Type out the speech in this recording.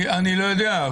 אני לא יודע.